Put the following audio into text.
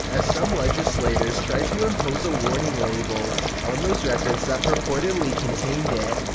as some legislators tried to impose a warning label on those records that purportedly contained it.